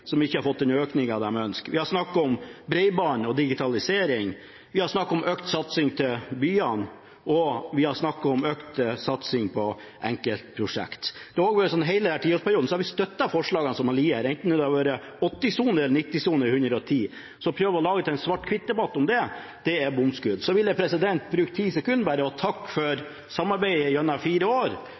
som ikke har fått den ønskede økningen, vi har snakket om bredbånd og digitalisering, vi har snakket om økt satsing til byene, og vi har snakket om økt satsing på enkeltprosjekt. Og i hele i denne tiårsperioden har vi støttet forslagene som har ligget her, enten det har vært 80-sone, 90-sone eller 110-sone, så å prøve å lage en svart-hvitt-debatt om det er bomskudd. Så vil jeg bare bruke ti sekunder på å takke for samarbeidet gjennom fire år